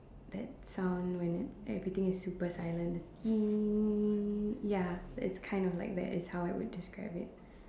that sound when everything is super silent the ya it's kind of like that is how I would describe it